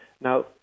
Now